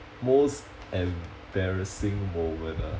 most embarrassing moment ah